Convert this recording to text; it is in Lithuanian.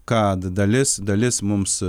kad dalis dalis mums